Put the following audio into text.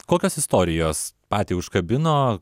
kokios istorijos patį užkabino